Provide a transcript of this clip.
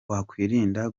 wakwirinda